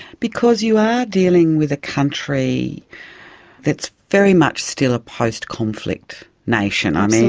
because you are dealing with a country that's very much still a post-conflict nation. i mean,